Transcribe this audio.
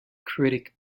critic